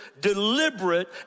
deliberate